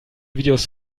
videos